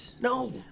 No